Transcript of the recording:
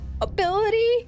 ability